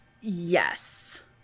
Yes